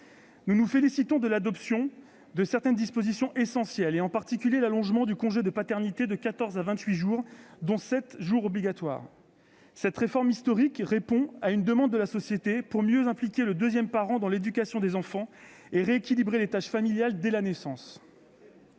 nous nous félicitons de l'adoption de certaines dispositions essentielles, en particulier l'allongement du congé de paternité de quatorze à vingt-huit jours, dont sept jours obligatoires. Cette réforme historique répond à une demande de la société de mieux impliquer le deuxième parent dans l'éducation des enfants et de rééquilibrer les tâches familiales dès la naissance.